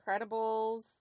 Incredibles